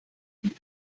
dem